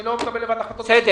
אני לא מקבל החלטות לבד.